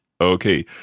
Okay